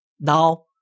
Now